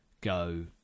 go